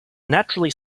naturally